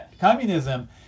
communism